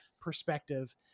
perspective